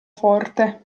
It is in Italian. forte